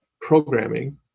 programming